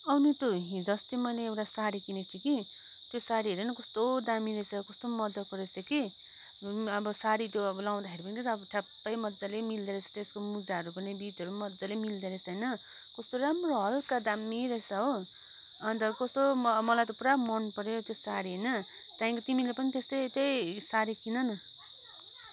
औ नितू हिजो अस्ति मैले एउटा सारी किनेको थिएँ कि त्यो सारी हेर न कस्तो दामी रहेछ कस्तो मजाको रहेछ कि अब सारी त्यो अब लाउँदाखेरि पनि त ठ्याप्पै मज्जाले मिल्दो रहेछ त्यसको मुजाहरू पनि बिटहरू पनि मज्जाले मिल्दो रहेछ होइन कस्तो राम्रो हलुका दामी रहेछ हो अन्त कस्तो मलाई त पुरा मन पऱ्यो त्यो सारी होइन त्यहाँदेखिको तिमीले पनि त्यस्तै त्यही सारी किन न